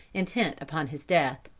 intent upon his death.